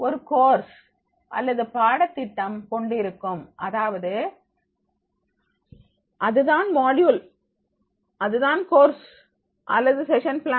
ஒரு கோர்ஸ் அல்லது பாடத்திட்டம் கொண்டிருக்கும் அதாவது அதுதான் மாடுயுள் அதுதான் கோர்ஸ் அல்லது செக்ஷன்பிளான்